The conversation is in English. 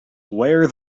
wear